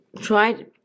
tried